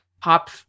pop